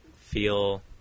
feel